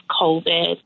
COVID